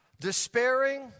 despairing